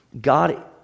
God